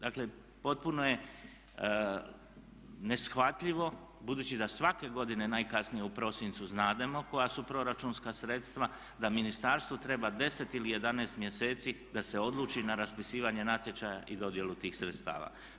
Dakle potpuno je neshvatljivo budući da svake godine najkasnije u prosincu znademo koja su proračunska sredstva da ministarstvu treba deset ili jedanaest mjeseci da se odluči na raspisivanje natječaja i dodjelu tih sredstava.